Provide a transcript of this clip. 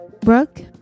Brooke